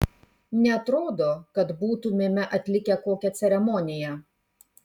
neatrodo kad būtumėme atlikę kokią ceremoniją